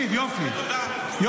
מקשיב, יופי.